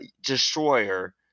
destroyer